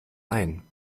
ein